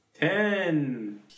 ten